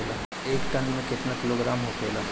एक टन मे केतना किलोग्राम होखेला?